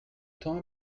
temps